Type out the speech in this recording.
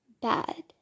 bad